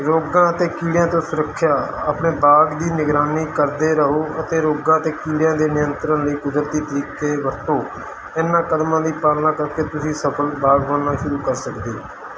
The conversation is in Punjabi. ਰੋਗਾਂ ਅਤੇ ਕੀੜਿਆਂ ਤੋਂ ਸੁਰੱਖਿਆ ਆਪਣੇ ਬਾਗ ਦੀ ਨਿਗਰਾਨੀ ਕਰਦੇ ਰਹੋ ਅਤੇ ਰੋਗਾਂ ਅਤੇ ਕੀੜਿਆਂ ਦੇ ਨਿਯੰਤਰਣ ਲਈ ਕੁਦਰਤੀ ਤਰੀਕੇ ਵਰਤੋ ਇਹਨਾਂ ਕਦਮਾਂ ਦੀ ਪਾਲਣਾ ਕਰਕੇ ਤੁਸੀਂ ਸਫਲ ਬਾਗਬਾਨੀ ਸ਼ੁਰੂ ਕਰ ਸਕਦੇ ਹੋ